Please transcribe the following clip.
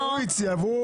הזה.